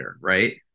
right